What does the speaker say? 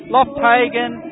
Loftagan